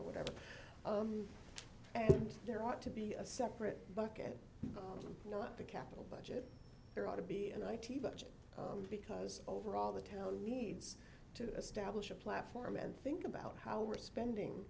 or whatever there ought to be a separate bucket not the capital budget there ought to be an i t budget because overall the town needs to establish a platform and think about how we're spending